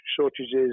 shortages